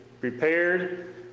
prepared